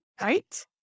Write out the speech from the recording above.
right